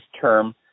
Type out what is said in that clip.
term